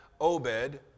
Obed